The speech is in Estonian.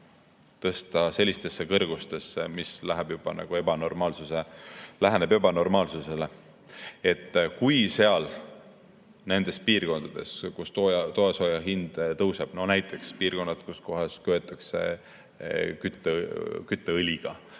tõsta sellistesse kõrgustesse, mis läheneb ebanormaalsusele. Kui nendes piirkondades, kus toasooja hind tõuseb [kõvasti], näiteks piirkondades, kus köetakse kütteõliga,